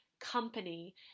company